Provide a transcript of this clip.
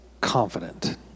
confident